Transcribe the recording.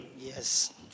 Yes